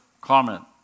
comment